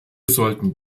sollten